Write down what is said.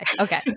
Okay